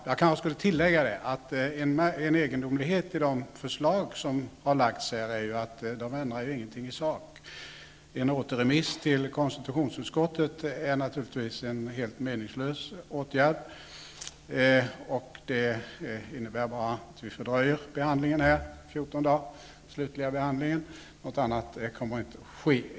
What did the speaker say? Jag kanske skulle tillägga att en egendomlighet i de förslag som har lagts fram är att de inte förändrar någonting i sak. En återremiss till konstitutionsutskottet är naturligtvis en helt meningslös åtgärd. Det innebär bara att vi fördröjer den slutliga behandlingen i fjorton dagar. Något annat kommer inte att ske.